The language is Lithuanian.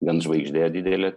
gan žvaigždė didelė